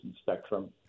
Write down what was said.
spectrum